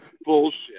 bullshit